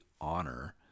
honor